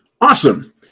Awesome